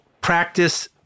practice